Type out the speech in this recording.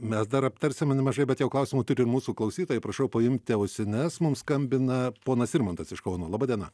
mes dar aptarsime nemažai bet jau klausimų turi ir mūsų klausytojai prašau paimti ausines mums skambina ponas irmantas iš kauno laba diena